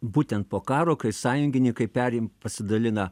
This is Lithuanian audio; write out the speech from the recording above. būtent po karo kai sąjungininkai perim pasidalina